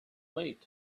wait